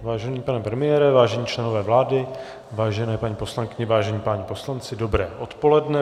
Vážený pane premiére, vážení členové vlády, vážené paní poslankyně, vážení páni poslanci, dobré odpoledne.